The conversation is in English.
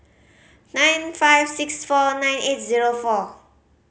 nine five six four nine eight zero four